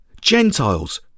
Gentiles